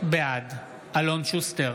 בעד אלון שוסטר,